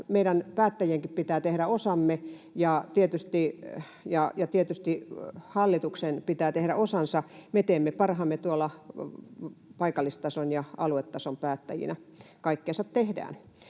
Meidän päättäjienkin pitää tehdä osamme ja tietysti hallituksen pitää tehdä osansa. Me teemme parhaamme tuolla paikallistason ja aluetason päättäjinä, kaikkemme tehdään.